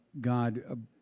God